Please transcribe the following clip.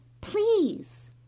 please